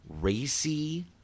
racy